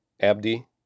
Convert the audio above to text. Abdi